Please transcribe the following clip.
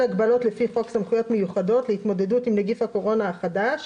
הגבלות לפי חוק סמכויות מיוחדות להתמודדות עם נגיף הקורונה החדש